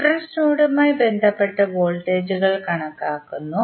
reference നോഡുമായി ബന്ധപ്പെട്ട് വോൾട്ടേജുകൾ കണക്കാക്കുന്നു